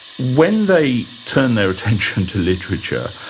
when they turn their attention to literature,